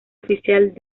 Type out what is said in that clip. oficial